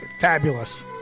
Fabulous